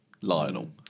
Lionel